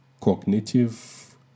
cognitive